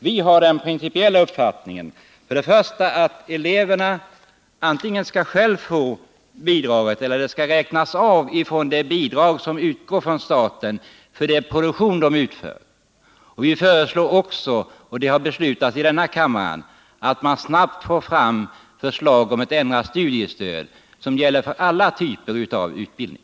Vi har den principiella uppfattningen att eleverna antingen själva skall få bidraget eller att det skall räknas av från det bidrag som utgår från staten för den produktion de utför. Vi har också föreslagit — och det har beslutats av denna kammare — att det snabbt skall läggas fram förslag om ändrat studiestöd som skall gälla för alla typer av utbildning.